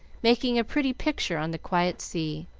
making a pretty picture on the quiet sea.